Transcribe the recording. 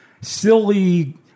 silly